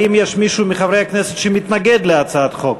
האם יש מישהו מחברי הכנסת שמתנגד להצעת החוק?